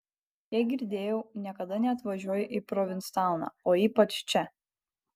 kiek girdėjau niekada neatvažiuoji į provinstauną o ypač čia